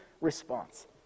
response